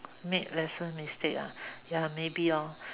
make lesser mistake ya maybe lor